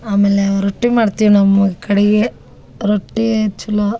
ಆಮೇಲೆ ರೊಟ್ಟಿ ಮಾಡ್ತೀವಿ ನಮ್ಮ ಕಡೆಗೆ ರೊಟ್ಟಿ ಚಲೋ